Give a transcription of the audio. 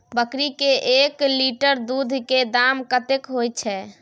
बकरी के एक लीटर दूध के दाम कतेक होय छै?